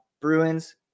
Bruins